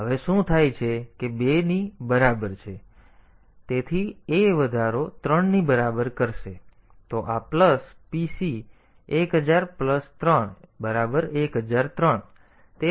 હવે શું થાય છે કે 2 ની બરાબર છે તેથી તે 2 ની બરાબર છે તેથી a વધારો 3 ની બરાબર કરશે તો આ પ્લસ pc 1000 3 1003 છે